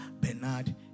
Bernard